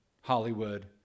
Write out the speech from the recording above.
Hollywood